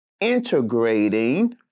integrating